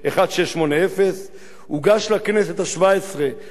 הוגש לכנסת השבע-עשרה על-ידי חבר הכנסת בני אלון,